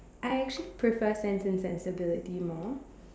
I actually prefer sense and sensibility more